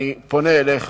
אני פונה אליך